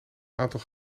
aantal